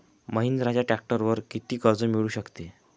महिंद्राच्या ट्रॅक्टरवर किती कर्ज मिळू शकते?